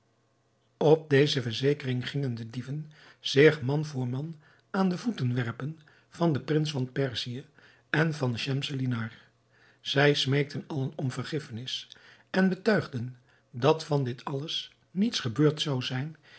op deze verzekering gingen de dieven zich man voor man aan de voeten werpen van den prins van perzië en van schemselnihar zij smeekten allen om vergiffenis en betuigden dat van dit alles niets gebeurd zou zijn